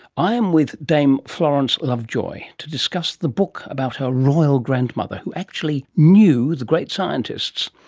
i'm with dame florence lovejoy to discuss the book about her royal grandmother who actually knew the great scientists.